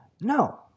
No